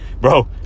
Bro